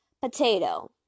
potato